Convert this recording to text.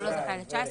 הוא לא זכאי ל-19,